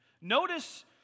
Notice